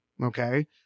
okay